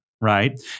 Right